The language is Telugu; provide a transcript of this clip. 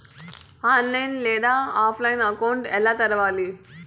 ఆన్లైన్ లేదా ఆఫ్లైన్లో అకౌంట్ ఎలా తెరవాలి